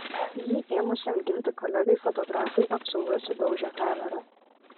jį ėmusiam ginti kolegai fotografui apsauga sudaužė kamerą